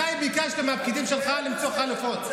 מתי ביקשת מהפקידים שלך למצוא חלופות?